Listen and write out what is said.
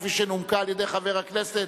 כפי שנומקה על-ידי חבר הכנסת